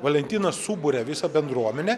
valentinas suburia visą bendruomenę